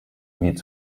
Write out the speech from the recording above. wird